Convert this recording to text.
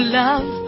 love